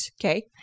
Okay